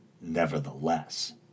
nevertheless